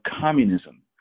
communism